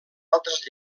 altres